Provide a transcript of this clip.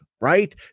Right